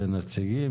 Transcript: נציגים,